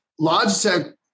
Logitech